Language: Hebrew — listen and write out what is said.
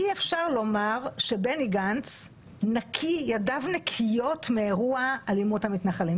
אי-אפשר לומר שידיו של בני גנץ נקיות מאירוע אלימות המתנחלים.